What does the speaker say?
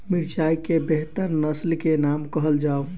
मिर्चाई केँ बेहतर नस्ल केँ नाम कहल जाउ?